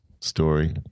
story